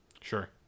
sure